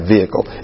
vehicle